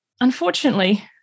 unfortunately